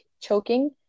choking